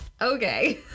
Okay